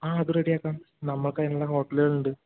ആ അത് റെഡി ആക്കാം നമ്മൾക്ക് അതിനുള്ള ഹോട്ടലുകൾ ഉണ്ട്